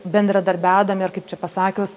bendradarbiaudami ar kaip čia pasakius